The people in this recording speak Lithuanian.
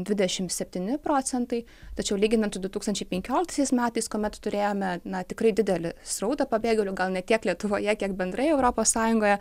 dvidešimt septyni procentai tačiau lyginant su du tūkstančiai penkioliktaisiais metais kuomet turėjome na tikrai didelį srautą pabėgėlių gal ne tiek lietuvoje kiek bendrai europos sąjungoje